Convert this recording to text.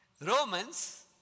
Romans